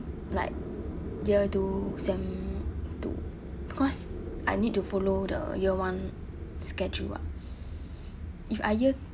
like year two sem two because I need to follow the year one schedule [what] if I year